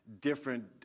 different